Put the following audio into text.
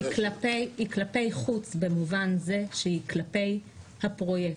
היא כלפי חוץ במובן זה שהיא כלפי הפרויקט.